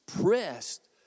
pressed